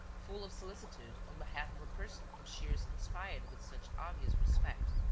full of solicitude on behalf of a person whom shears inspired with such obvious respect.